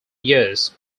years